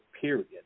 period